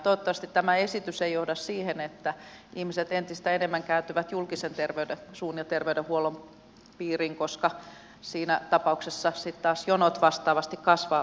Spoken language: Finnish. toivottavasti tämä esitys ei johda siihen että ihmiset entistä enemmän kääntyvät julkisen suun terveydenhuollon piiriin koska siinä tapauksessa taas jonot vastaavasti kasvavat